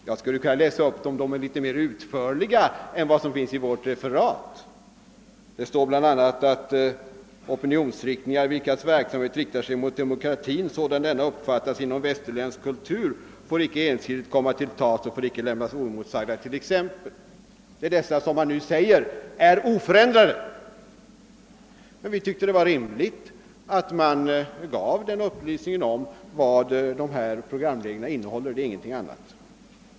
Jag skulle kunna läsa upp dem — de är litet mer utförliga än vad som framgår att vårt referat. Det står bl.a.: »Opinionsriktningar, vilkas verksamhet riktar sig mot demokratin, sådan denna uppfattas inom västerländsk kultur, får icke ensidigt komma till tals och får icke lämnas oemotsagda.» Det är alltså dessa regler som man nu säger är oförändrade. "Vi tyckte att det var rimligt att lämna en upplysning om vad programreglerna innehåller — ingenting annat.